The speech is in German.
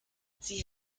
sie